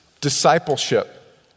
discipleship